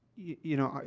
you know,